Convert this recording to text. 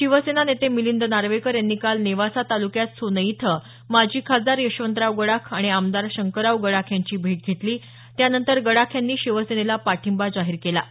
शिवसेना नेते मिलिंद नार्वेकर यांनी काल नेवासा तालुक्यात सोनई इथं माजी खासदार यशवंतराव गडाख आणि आमदार शंकरराव गडाख यांची भेट घेतली त्यानंतर गडाख यांनी शिवसेनेला पाठिंबा जाहीर केला आहे